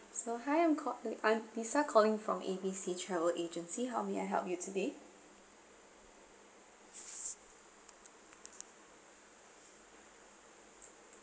so hi I'm calling I'm lisa calling from A_B_C travel agency how may I help you today